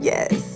Yes